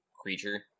creature